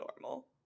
normal